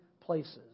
places